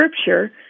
Scripture